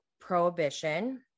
prohibition